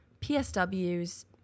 PSWs